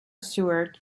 stewart